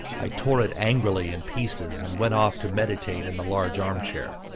i tore it angrily in pieces, and went off to meditate in the large arm-chair.